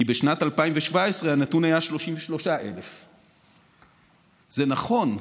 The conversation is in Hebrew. כי בשנת 2017 הנתון היה 33,000. זה נכון,